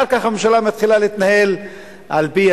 תתפלא, הם נבחנים כל